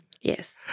Yes